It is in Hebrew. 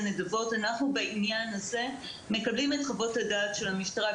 נדבות אנחנו בעניין הזה מקבלים את חוות הדעת של המשטרה.